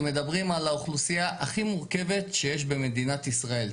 אנחנו מדברים על האוכלוסייה הכי מורכבת שיש במדינת ישראל.